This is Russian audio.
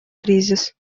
кризис